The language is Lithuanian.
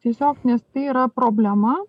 tiesiog nes tai yra problema